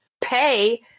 pay